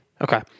Okay